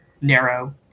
narrow